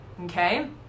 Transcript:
Okay